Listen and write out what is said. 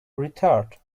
retort